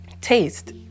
taste